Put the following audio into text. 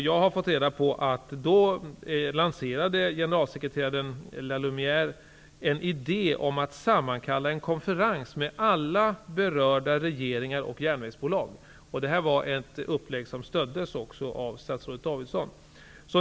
Jag har fått reda på att generalsekreteraren då lanserade en idé om att sammankalla en konferens med alla berörda regeringar och järnvägsbolag. Detta var ett upplägg som också stöddes av statsrådet Davidson.